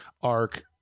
arc